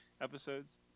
episodes